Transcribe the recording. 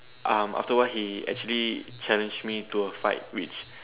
um after a while he actually challenged me to a fight which